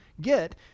get